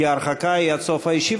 כי ההרחקה היא עד סוף הישיבה,